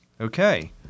Okay